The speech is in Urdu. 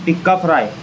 ٹکہ فرائی